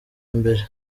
mbere